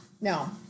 No